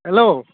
hello